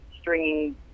stringing